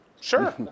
Sure